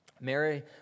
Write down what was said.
Mary